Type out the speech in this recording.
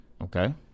Okay